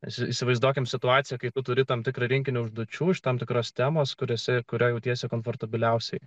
nes įsivaizduokime situaciją kai tu turi tam tikrą rinkinį užduočių iš tam tikros temos kuriose kurio jautiesi komfortabiliausiai